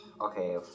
Okay